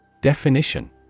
Definition